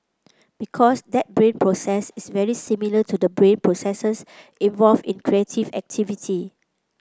because that brain process is very similar to the brain processes involved in creative activity